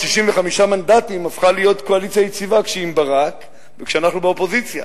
65 מנדטים הפכו להיות קואליציה יציבה כשהיא עם ברק וכשאנחנו באופוזיציה.